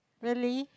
really